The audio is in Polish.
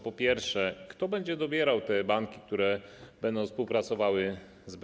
Po pierwsze, kto będzie dobierał te banki, które będą współpracowały z BGK?